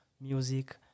music